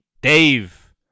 Dave